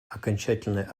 окончательный